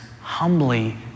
humbly